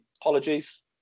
Apologies